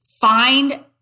find